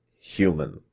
human